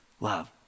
love